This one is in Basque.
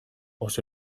oso